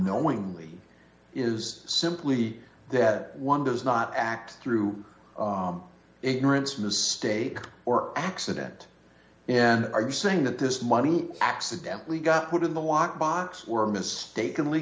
knowingly is simply that one does not act through ignorance mistake or accident and are you saying that this money accidentally got put in the lock box were mistakenly